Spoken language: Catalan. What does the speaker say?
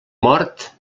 mort